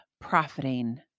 profiting